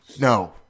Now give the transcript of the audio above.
No